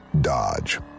Dodge